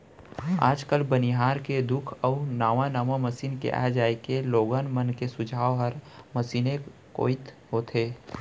आज काल बनिहार के दुख अउ नावा नावा मसीन के आ जाए के लोगन मन के झुकाव हर मसीने कोइत होथे